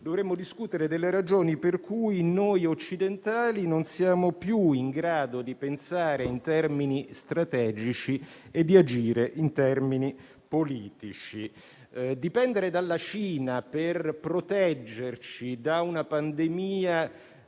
Dovremmo discutere delle ragioni per cui noi occidentali non siamo più in grado di pensare in termini strategici e di agire in termini politici. Dipendere dalla Cina per proteggerci da una pandemia